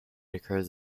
occurs